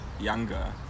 younger